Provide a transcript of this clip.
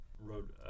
Wrote